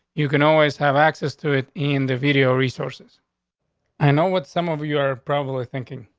you can always have access to it in the video. resource is i know what some of you are probably thinking.